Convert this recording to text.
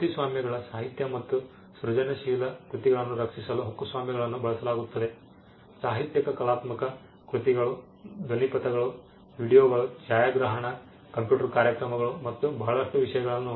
ಕೃತಿಸ್ವಾಮ್ಯಗಳು ಸಾಹಿತ್ಯ ಮತ್ತು ಸೃಜನಶೀಲ ಕೃತಿಗಳನ್ನು ರಕ್ಷಿಸಲು ಹಕ್ಕುಸ್ವಾಮ್ಯಗಳನ್ನು ಬಳಸಲಾಗುತ್ತದೆ ಸಾಹಿತ್ಯಿಕ ಕಲಾತ್ಮಕ ಕೃತಿಗಳು ಧ್ವನಿಪಥಗಳು ವೀಡಿಯೊಗಳು ಛಾಯಾಗ್ರಹಣ ಕಂಪ್ಯೂಟರ್ ಕಾರ್ಯಕ್ರಮಗಳು ಮತ್ತು ಬಹಳಷ್ಟು ವಿಷಯಗಳನ್ನು